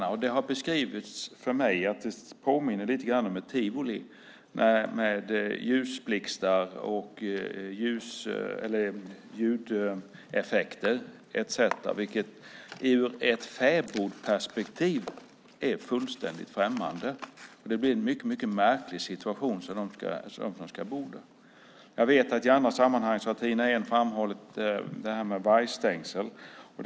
Det har för mig beskrivits att det påminner lite grann om ett tivoli med ljusblixtar, ljudeffekter etcetera. Ur ett fäbodperspektiv är det fullständigt främmande. Det blir en mycket märklig situation för dem som ska bo där. I andra sammanhang har Tina Ehn framhållit vargstängslen.